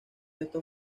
estos